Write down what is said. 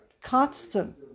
constant